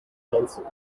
concert